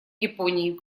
японии